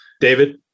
David